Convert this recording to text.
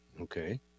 Okay